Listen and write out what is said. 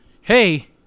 Hey